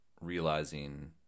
realizing